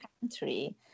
country